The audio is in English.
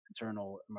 internal